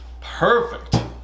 perfect